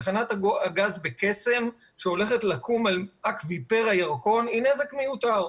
תחנת הגז בקסם שהולכת לקום על אקוויפר הירקון היא נזק מיותר.